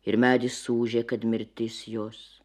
ir medis ūžė kad mirtis jos